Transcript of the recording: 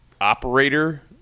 operator